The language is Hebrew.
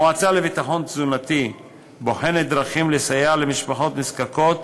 המועצה לביטחון תזונתי בוחנת דרכים לסייע למשפחות נזקקות